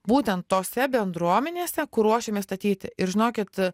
būtent tose bendruomenėse kur ruošiamės statyti ir žinokit